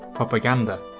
propaganda.